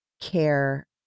care